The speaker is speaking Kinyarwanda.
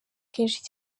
kenshi